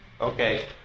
Okay